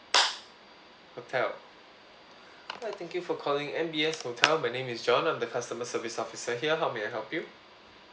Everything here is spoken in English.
hotel hi thank you for calling M_B_S hotel my name is john I'm the customer service officer here how may I help you